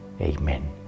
Amen